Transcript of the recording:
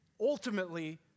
ultimately